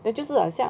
then 就是 like 好像